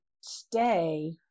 stay